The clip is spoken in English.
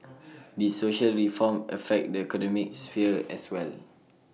these social reforms affect the economic sphere as well